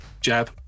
jab